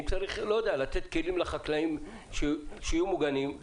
אם צריך לתת כלים לחקלאים שיהיו מוגנים.